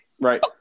Right